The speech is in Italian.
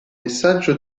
messaggio